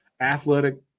Athletic